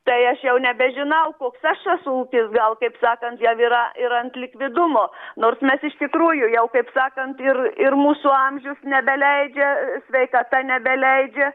tai aš jau nebežinau koks aš esu ūkis gal kaip sakant jau yra ir ant likvidumo nors mes iš tikrųjų jau kaip sakant ir ir mūsų amžius nebeleidžia sveikata nebeleidžia